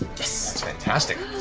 fantastic.